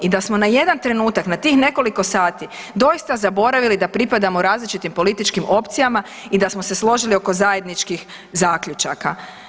I da smo na jedan trenutak na tih nekoliko sati doista zaboravili da pripadamo različitim političkim opcijama i da smo se složili oko zajedničkih zaključaka.